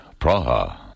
Praha